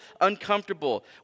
uncomfortable